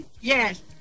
Yes